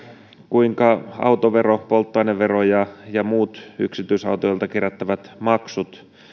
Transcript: kuinka autovero polttoainevero ja ja muut yksityisautoilijoilta kerättävät maksut